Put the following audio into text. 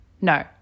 No